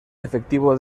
efectivo